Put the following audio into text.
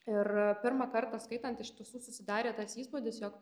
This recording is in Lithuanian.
ir pirmą kartą skaitant iš tiesų susidarė tas įspūdis jog